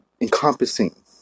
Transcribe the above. encompassing